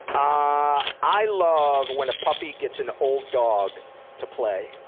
ah i love when a puppy gets an old dog to play,